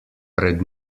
pred